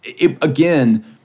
again